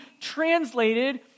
translated